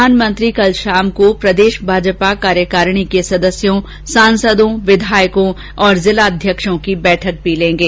प्रधानमंत्री कल शाम को प्रदेश भाजपा कार्यकारिणी के सदस्यों सांसदों विघायकों और जिला अध्यक्षों की बैठक भी लेंगे